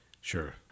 Sure